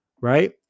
right